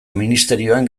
ministerioan